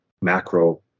macro